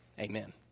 Amen